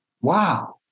wow